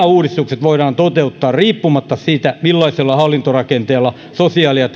uudistukset voidaan toteuttaa riippumatta siitä millaisella hallintorakenteella sosiaali ja